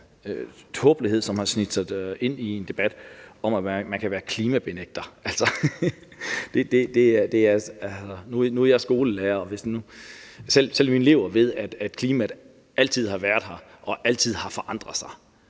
tåbelighed, som har sneget sig ind i debatten om, at man kan være klimabenægter. Nu er jeg skolelærer, og selv mine elever ved, at klimaet altid har været her og altid har forandret sig.